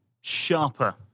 sharper